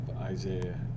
Isaiah